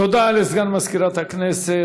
תודה לסגן מזכירת הכנסת.